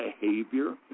behavior